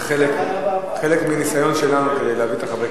זה חלק מניסיון שלנו כדי להביא את חברי